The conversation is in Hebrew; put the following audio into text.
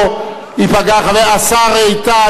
שמאפשרת לממשלה להמשיך לקיים תקציב דו-שנתי,